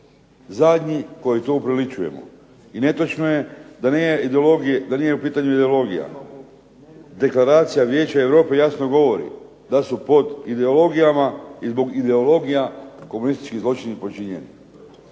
zadnji koji to upriličujemo. I netočno je da nije u pitanju ideologija. Deklaracija Vijeća Europe jasno govori da su pod ideologijama i zbog ideologija komunistički zločini počinjeni.